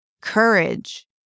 courage